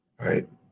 right